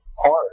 hard